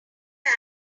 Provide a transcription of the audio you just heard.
man